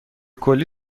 کلی